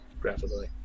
graphically